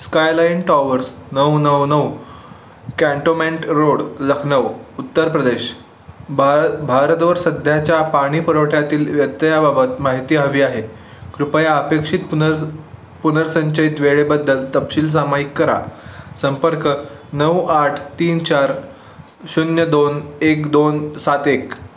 skyline towers नऊ नऊ नऊ कॅन्टोमेंट रोड लखनौ उत्तर प्रदेश भार भारतवर सध्याच्या पाणी पुरवठ्यातील व्यत्ययाबाबत माहिती हवी आहे कृपया अपेक्षित पुनर् पुनर्संचयित वेळेबद्दल तपशील सामायिक करा संपर्क नऊ आठ तीन चार शून्य दोन एक दोन सात एक